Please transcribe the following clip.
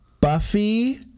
Buffy